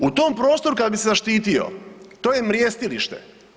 U tom prostoru kada bi se zaštitio, to je mrjestilište.